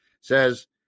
says